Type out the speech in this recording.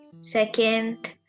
Second